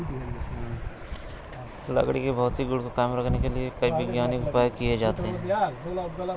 लकड़ी के भौतिक गुण को कायम रखने के लिए कई वैज्ञानिक उपाय किये जाते हैं